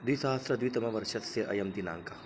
द्विसहस्रद्वितमवर्षस्य अयं दिनाङ्कः